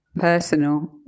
personal